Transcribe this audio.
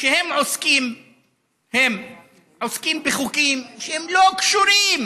שהם עוסקים בחוקים שהם, הם, לא קשורים